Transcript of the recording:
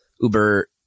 Uber